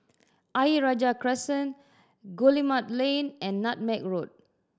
Ayer Rajah Crescent Guillemard Lane and Nutmeg Road